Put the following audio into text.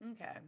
Okay